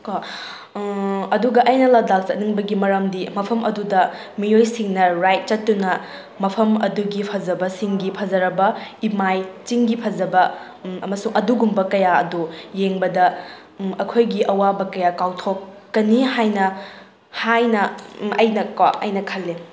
ꯀꯣ ꯑꯗꯨꯒ ꯑꯩꯅ ꯂꯗꯥꯛ ꯆꯠꯅꯤꯡꯕꯒꯤ ꯃꯔꯝꯗꯤ ꯃꯐꯝ ꯑꯗꯨꯗ ꯃꯤꯑꯣꯏꯁꯤꯡꯅ ꯔꯥꯏꯗ ꯆꯠꯇꯨꯅ ꯃꯐꯝ ꯑꯗꯨꯒꯤ ꯐꯖꯕꯁꯤꯡꯒꯤ ꯐꯖꯔꯕ ꯏꯃꯥꯏ ꯆꯤꯡꯒꯤ ꯐꯖꯕ ꯑꯃꯁꯨ ꯑꯗꯨꯒꯨꯝꯕ ꯀꯌꯥ ꯑꯗꯨ ꯌꯦꯡꯕꯗ ꯑꯩꯈꯣꯏꯒꯤ ꯑꯋꯥꯕ ꯀꯌꯥ ꯀꯥꯎꯊꯣꯛꯀꯅꯤ ꯍꯥꯏꯅ ꯍꯥꯏꯅ ꯑꯩꯅꯀꯣ ꯑꯩꯅ ꯈꯜꯂꯦ